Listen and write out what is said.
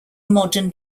modern